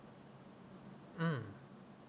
mm